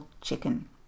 chicken